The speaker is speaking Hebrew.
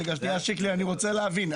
אני רוצה להבין,